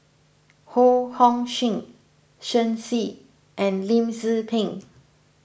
Ho Hong Sing Shen Xi and Lim Tze Peng